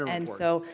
and so,